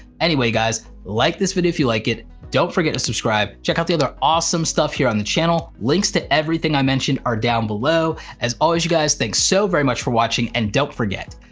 anyway guys, like this video if you like it, don't forget to subscribe, check out the other awesome stuff here on the channel, links to everything i mentioned are down below. as always you guys, thanks so very much for watching, and don't forget,